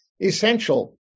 essential